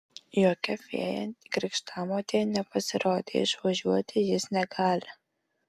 jokia fėja krikštamotė nepasirodė išvažiuoti jis negali